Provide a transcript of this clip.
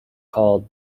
called